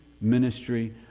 ministry